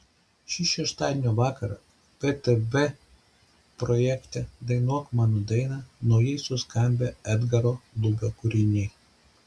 šį šeštadienio vakarą btv projekte dainuok mano dainą naujai suskambę edgaro lubio kūriniai